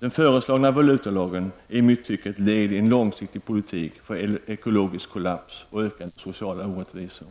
Den föreslagna valutalagen är, i mitt tycke, ett led i en långsiktig politik som syftar till ekologisk kollaps och ökade sociala orättvisor.